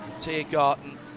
Tiergarten